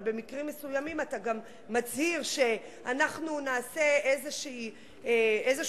אבל במקרים מסוימים אתה גם מצהיר שאנחנו נעשה איזה שיהוי,